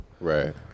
Right